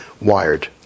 wired